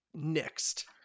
next